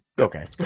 Okay